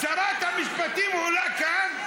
שרת המשפטים עולה לכאן,